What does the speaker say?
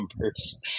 numbers